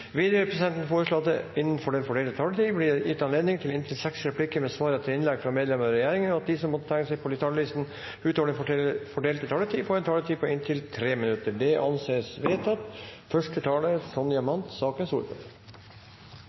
Videre vil presidenten foreslå at det – innenfor den fordelte taletid – blir gitt anledning til inntil seks replikker med svar etter innlegg fra medlemmer av regjeringen, og at de som måtte tegne seg på talerlisten utover den fordelte taletid, får en taletid på inntil 3 minutter. – Det anses vedtatt.